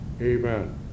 Amen